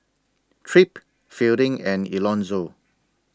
Tripp Fielding and Elonzo